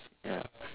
ya